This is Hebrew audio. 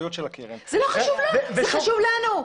המקצועיות של הקרן --- זה חשוב לא, זה חשוב לנו.